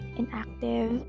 inactive